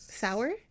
Sour